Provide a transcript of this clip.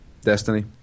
Destiny